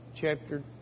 chapter